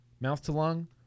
Mouth-to-lung